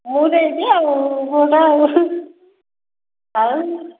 ମୁଁ ଦେଇଛି ଆଉ ଭୋଟ ଆଉ